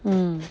mm